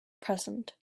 present